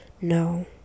no